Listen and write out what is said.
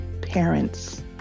parents